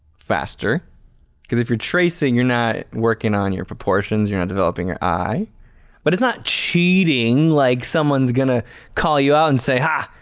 faster because if you're tracing, you're not working on your proportions, you're not developing your eye but it's not cheating like someone's gonna call you out and say ha,